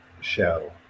show